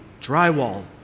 drywall